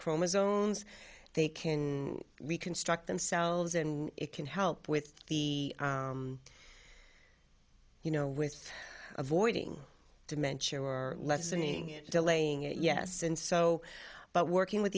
chromosomes they can reconstruct themselves and it can help with the you know with avoiding dementia or lessening it delaying it yes and so but working with